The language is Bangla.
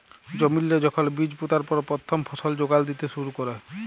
জমিল্লে যখল বীজ পুঁতার পর পথ্থম ফসল যোগাল দ্যিতে শুরু ক্যরে